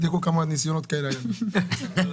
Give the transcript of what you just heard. "תיקון פקודת מס הכנסה, מס' 257 57. בסעיף 2(2)(א)